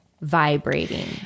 vibrating